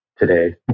today